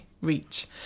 reach